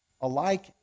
alike